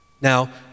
now